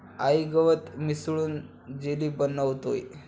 आई गवत मिसळून जेली बनवतेय